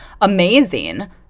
amazing